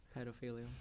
pedophilia